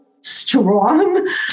strong